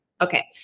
Okay